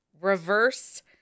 reverse